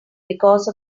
because